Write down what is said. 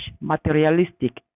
materialistic